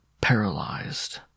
paralyzed